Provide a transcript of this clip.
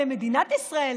למדינת ישראל,